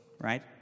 right